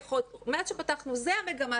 מאז שפתחנו זה המגמה,